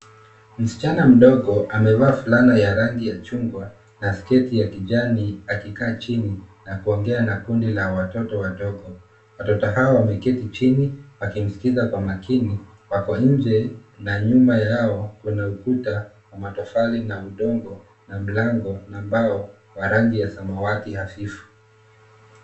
Msichana mdogo amevaa fulana ya rangi ya chungwa na sket ya kijani akikaa chini na kungea na kundi la watoto wadogo. Watoto hao wameketi chini wakimskiza kwa makini wako nje na nyuma yao kuna ukuta wa matofali na udongo na mlango ya mbao wa rangi ya samawati hafifu.